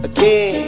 Again